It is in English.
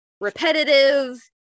repetitive